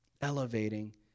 elevating